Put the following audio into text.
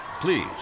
Please